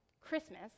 Christmas